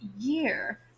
year